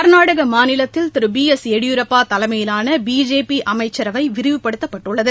கர்நாடகமாநிலத்தில் திருபி எஸ் எடியூரப்பாதலைமையிலானபிஜேபிஅமைச்சரவைவிரிவுபடுத்தப்பட்டுள்ளது